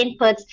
inputs